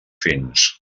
fins